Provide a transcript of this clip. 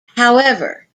however